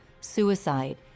suicide